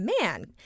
man